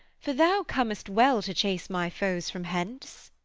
for thou comst well to chase my foes from hence.